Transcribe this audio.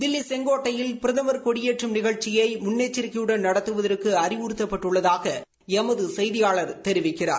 தில்லி செங்கோட்டையில் பிரதமா் கொடியேற்றும் நிகழ்ச்சியை முன்னெச்சரிக்கையுடன் நடத்துவதற்கு அறிவுறுத்தப்பட்டுள்ளதாக எமது செய்தியாளர் தெரிவிக்கிறார்